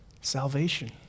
salvation